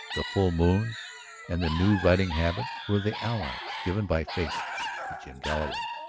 the full moon and the new riding-habit were the allies given by fate to jim galloway.